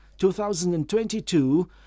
2022